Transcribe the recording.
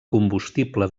combustible